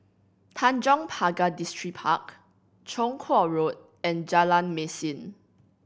Tanjong Pagar Distripark Chong Kuo Road and Jalan Mesin